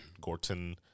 Gorton